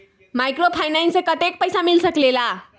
Microfinance से कतेक पैसा मिल सकले ला?